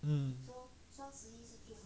mm